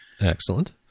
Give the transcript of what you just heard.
Excellent